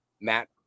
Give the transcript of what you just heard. Matt